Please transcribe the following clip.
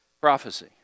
Prophecy